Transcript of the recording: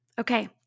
Okay